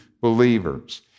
believers